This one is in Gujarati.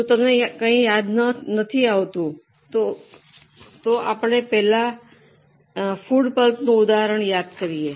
જો તમને કંઇ યાદ નથી તો ઓછામાં ઓછું ફૂડ પલ્પનું ઉદાહરણ યાદ કરો